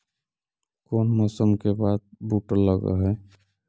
कोन मौसम के बाद बुट लग है?